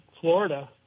Florida